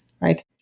right